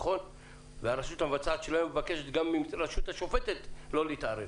והרשות המבצעת היום מבקשת גם מהרשות השופטת לא להתערב.